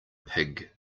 pig